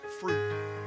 fruit